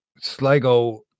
Sligo